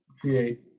create